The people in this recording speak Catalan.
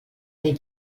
dit